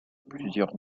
plusieurs